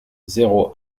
zéro